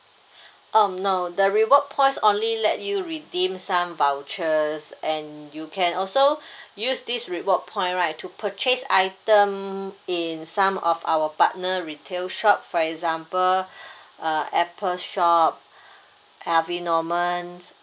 um no the reward points only let you redeem some vouchers and you can also use this reward point right to purchase item in some of our partner retail shop for example uh apple shop harvey norman